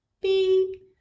beep